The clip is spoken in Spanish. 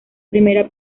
primera